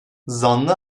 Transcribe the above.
zanlı